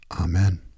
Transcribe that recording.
Amen